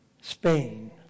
Spain